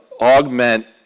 augment